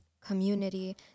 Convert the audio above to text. community